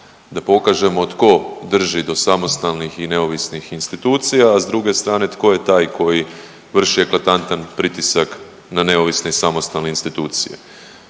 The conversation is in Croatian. Da pokažemo tko drži do samostalnih i neovisnih institucija, a s druge strane, tko je taj koji vrši eklatantan pritisak na neovisne i samostalne institucije.